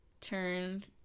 Turned